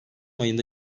ayında